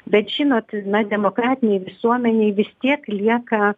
bet žinot na demokratinei visuomenei vis tiek lieka